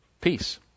Peace